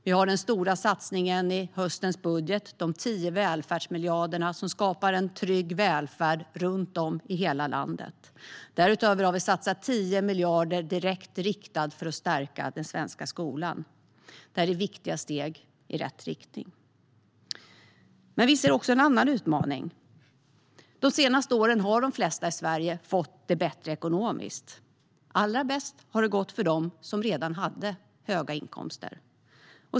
Vi har den stora satsningen i höstens budget, de 10 välfärdsmiljarderna, som skapar en trygg välfärd runt om i hela landet. Därutöver har vi satsat 10 miljarder direkt riktade för att stärka den svenska skolan. Det är viktiga steg i rätt riktning. Men vi ser också en annan utmaning. De senaste åren har de flesta i Sverige fått det bättre ekonomiskt. Allra bäst har det gått för dem som redan hade höga inkomster.